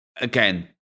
Again